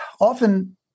often